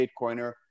Bitcoiner